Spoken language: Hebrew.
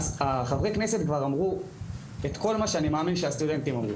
חברי הכנסת כבר אמרו את כל מה שאני מאמין שהסטודנטים אמרו,